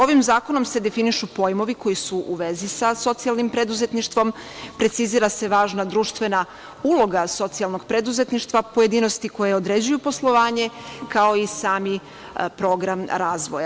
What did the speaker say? Ovim zakonom se definišu pojmovi koji su u vezi sa socijalnim preduzetništvom, precizira se važna društvena uloga socijalnog preduzetništva, pojedinosti koje određuju poslovanje, kao i sami program razvoja.